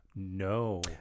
No